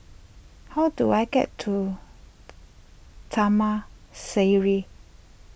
how do I get to Taman Sireh